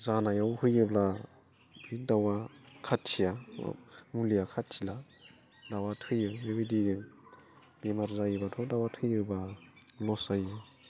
जानायाव होयोब्ला बे दाउआ खाथिया मुलिया खाथिला दाउआ थैयो बेबायदि बेमार जायोबाथ' दाउआ थैयोबा लस जायो